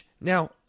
Now